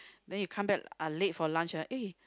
then you come back uh late from lunch ah eh